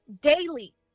daily